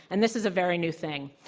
and this is a very new thing.